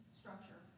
structure